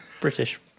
british